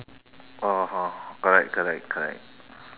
oh (ho) correct correct correct